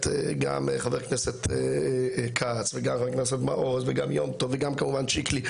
גם חבר הכנסת כץ וגם חבר הכנסת מעוז וגם יום טוב וגם כמובן שיקלי,